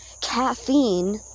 caffeine